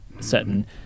certain